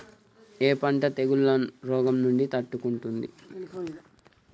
ఏ పంట తెగుళ్ల రోగం నుంచి తట్టుకుంటుంది?